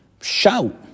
shout